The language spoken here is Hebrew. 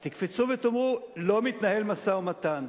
אז תקפצו ותאמרו: לא מתנהל משא-ומתן.